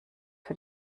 für